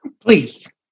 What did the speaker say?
Please